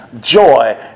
joy